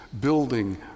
building